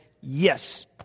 yes